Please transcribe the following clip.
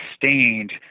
sustained